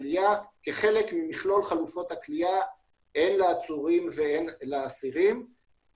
הכליאה כחלק ממכלול חלופות הכליאה הן לעצורים והן לאסירים.